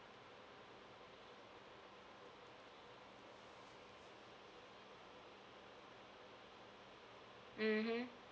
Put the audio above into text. mmhmm